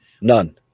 None